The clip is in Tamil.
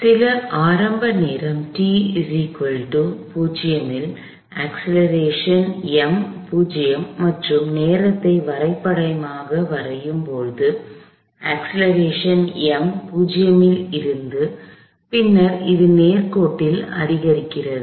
சில ஆரம்ப நேரம் t0 இல் அக்ஸ்லெரேஷன் ம் 0 மற்றும் நேரத்தை வரைபடமாக வரையும் போது அக்ஸ்லெரேஷன் ம் 0 இல் இருந்து பின்னர் அது நேர்கோட்டில் அதிகரிக்கிறது